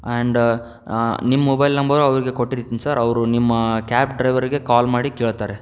and ನಿಮ್ಮ mobile number ಅವರಿಗೆ ಕೊಟ್ಟಿರ್ತೀನಿ ಸರ್ ಅವರು ನಿಮ್ಮ ಕ್ಯಾಬ್ ಡ್ರೈವರಿಗೆ ಕಾಲ್ ಮಾಡಿ ಕೇಳ್ತಾರೆ